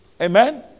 Amen